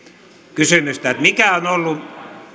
kysymystä että mikä on ollut